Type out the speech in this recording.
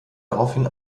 daraufhin